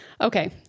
Okay